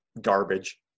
garbage